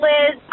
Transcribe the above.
Liz